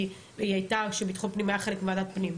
כי היא הייתה כשביטחון הפנים היה חלק מוועדת הפנים.